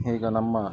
ಈಗ ನಮ್ಮ